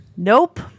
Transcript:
Nope